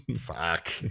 Fuck